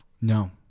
No